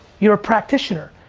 you're a practitioner.